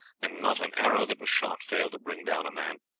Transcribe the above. and not an arrow that was shot failed to bring down a man.